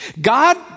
God